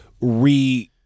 re-